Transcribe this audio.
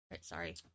Sorry